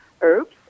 herbs